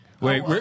Wait